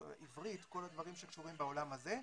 עברית, כל הדברים שקשורים בעולם הזה,